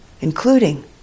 including